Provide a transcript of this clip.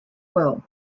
well